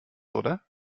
oder